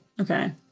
Okay